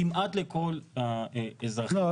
כמעט לכל האזרחים --- לא,